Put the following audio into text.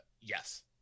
yes